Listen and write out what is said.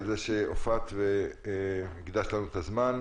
על כך שהופעת והקדשת לנו את הזמן.